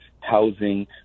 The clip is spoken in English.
housing